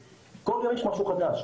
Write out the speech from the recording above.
כל יום יש משהו חדש,